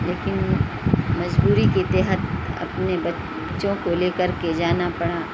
لیکن مجبوری کے تحت اپنے بچوں کو لے کر کے جانا پڑا